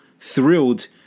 thrilled